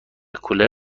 کولر